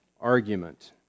argument